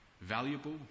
valuable